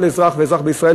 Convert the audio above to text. כל אזרח ואזרח בישראל,